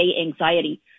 anxiety